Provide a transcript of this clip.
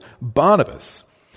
Barnabas